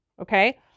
Okay